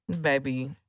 baby